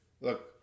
Look